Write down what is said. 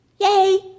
Yay